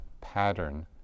pattern